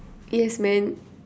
yes man